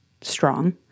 strong